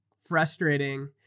frustrating